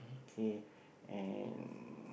K and